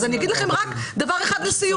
אז אני אגיד לכם רק דבר אחד לסיום.